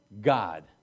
God